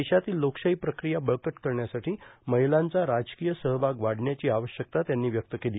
देशातील लोकशाही प्रक्रिया बळकट करण्यासाठी महिलांचा राजकीय सहभाग वाढण्याची आवश्यकता त्यांनी व्यक्त केली